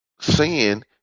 sin